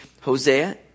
Hosea